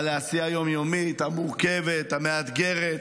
על העשייה היום-יומית המורכבת, המאתגרת,